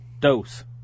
Dose